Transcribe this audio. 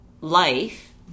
life